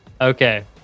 Okay